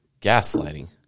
Gaslighting